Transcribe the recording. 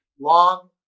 long